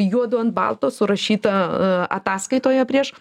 juodu ant balto surašyta a ataskaitoje prieš